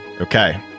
Okay